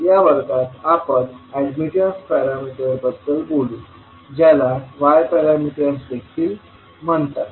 या वर्गात आपण अॅडमिटन्स पॅरामीटर्सबद्दल बोलू ज्याला Y पॅरामीटर्स देखील म्हणतात